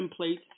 templates